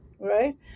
right